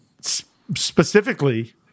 specifically